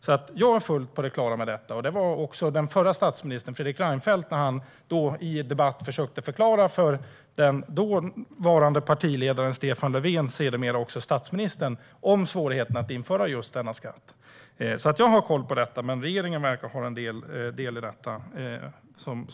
Jag är alltså fullt på det klara med detta, och det var också den förre statsministern, Fredrik Reinfeldt, när han i debatt försökte förklara för den dåvarande partiledaren Stefan Löfven, sedermera statsminister, svårigheterna med att införa just denna skatt. Jag har alltså koll, men regeringen verkar sakna delar i detta.